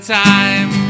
time